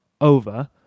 over